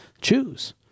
Choose